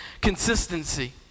consistency